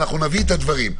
אנחנו נביא את הדברים,